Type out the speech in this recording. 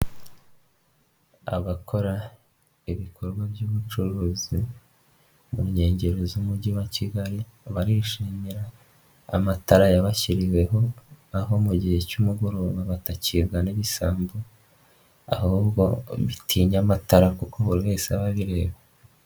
Abakora ibikorwa by'ubucuruzi, mu nkengero z'umujyi wa Kigali barishimira amatara yabashyiriweho, aho mu gihe cy'umugoroba batakibwa n'ibisambo ahubwo bitinya amatara kuko buri wese aba abireba.